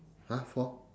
!huh! four